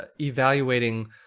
evaluating